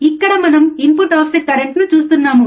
ఇక్కడ మనం input offset కరెంట్ను చూస్తున్నాము